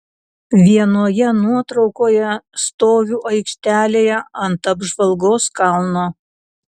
vienoje nuotraukoje stoviu aikštelėje ant apžvalgos kalno